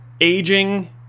aging